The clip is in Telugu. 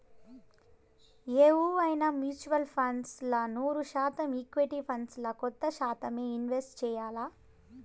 ఎవువైనా మ్యూచువల్ ఫండ్స్ ల నూరు శాతం ఈక్విటీ ఫండ్స్ ల కొంత శాతమ్మే ఇన్వెస్ట్ చెయ్యాల్ల